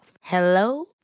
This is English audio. Hello